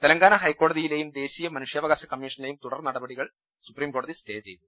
തെലങ്കാന ഹൈക്കോടതിയിലെയും ദേശീയ മനുഷ്യാവകാശ കമ്മീഷനിലെയും തുടർ നടപടികൾ സുപ്രീം കോടതി സ്റ്റേ ചെയ്തു